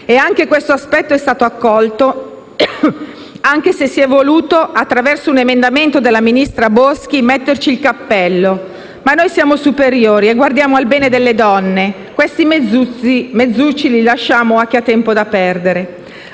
E anche questo aspetto è stato accolto, anche se si è voluto, attraverso un emendamento della sottosegretario Boschi, metterci il cappello. Ma noi siamo superiori e guardiamo al bene delle donne; questi mezzucci li lasciamo a chi ha tempo da perdere.